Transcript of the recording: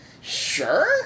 Sure